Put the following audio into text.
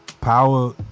power